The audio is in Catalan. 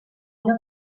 una